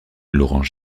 laurence